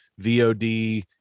vod